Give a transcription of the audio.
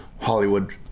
Hollywood